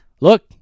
look